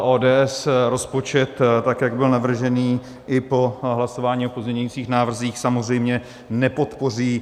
ODS rozpočet, tak jak byl navržený, i po hlasování o pozměňovacích návrzích samozřejmě nepodpoří.